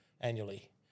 annually